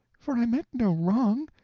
for i meant no wrong.